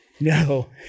No